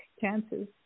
chances